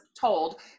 told